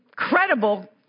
incredible